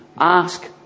Ask